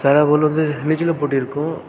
சில ஊரில் வந்து நீச்சல் போட்டி இருக்கும்